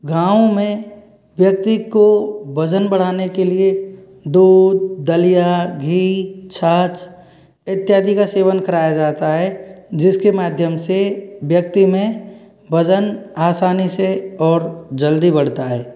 गाँव में व्यक्ति को वजन बढ़ाने के लिए दूध दलिया घी छाछ इत्यादि का सेवन कराया जाता है जिसके माध्यम से व्यक्ति में वजन आसानी से और जल्दी बढ़ता है